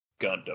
Gundam